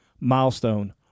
milestone